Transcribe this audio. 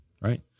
right